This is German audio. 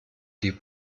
die